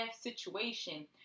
situation